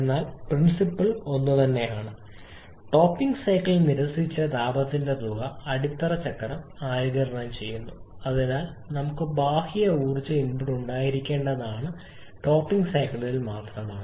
എന്നാൽ പ്രിൻസിപ്പൽ ഒന്നുതന്നെയാണ് topping cycle നിരസിച്ച താപത്തിന്റെതുക അടിത്തറ ചക്രം ആഗിരണം ചെയ്യുന്നു അതിനാൽ നമുക്ക് ബാഹ്യ ഊർജ്ജ ഇൻപുട്ട് ഉണ്ടായിരിക്കേണ്ടത് ടോപ്പിംഗ് സൈക്കിളിൽ മാത്രമാണ്